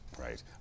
Right